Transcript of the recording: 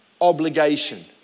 obligation